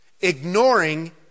Ignoring